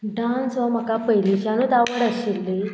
dance हो म्हाका पयलींच्यानूच आवड आशिल्ली